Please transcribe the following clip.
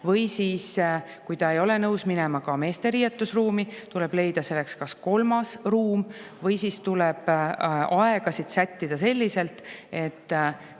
või siis, kui ta ei ole nõus minema ka meeste riietusruumi, tuleb leida selleks kas kolmas ruum või siis tuleb aegasid sättida selliselt, et